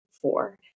four